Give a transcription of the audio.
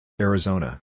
Arizona